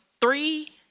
three